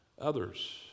others